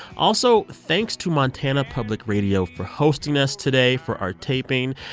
also, thanks to montana public radio for hosting us today for our taping,